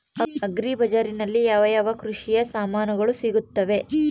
Agri ಬಜಾರಿನಲ್ಲಿ ಯಾವ ಯಾವ ಕೃಷಿಯ ಸಾಮಾನುಗಳು ಸಿಗುತ್ತವೆ?